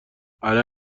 الان